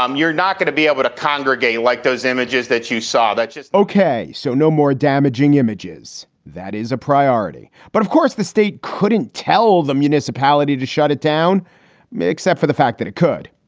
um you're not going to be able to congregate like those images that you saw that's just ok. so no more damaging images. that is a priority. but of course, the state couldn't tell the municipality to shut it down except for the fact that it could.